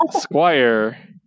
Squire